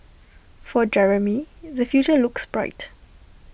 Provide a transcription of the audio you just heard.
for Jeremy the future looks bright